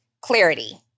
Clarity